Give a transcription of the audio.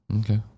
okay